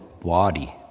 body